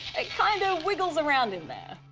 it kinda wiggles around in there.